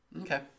Okay